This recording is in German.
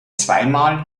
zweimal